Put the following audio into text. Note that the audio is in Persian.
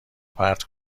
پرت